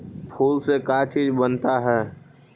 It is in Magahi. फूल से का चीज बनता है?